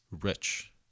rich